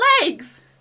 legs